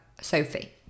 Sophie